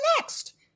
next